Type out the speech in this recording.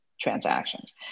transactions